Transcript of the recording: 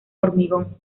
hormigón